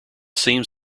seems